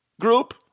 group